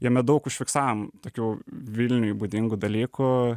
jame daug užfiksavom tokių vilniui būdingų dalykų